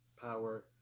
power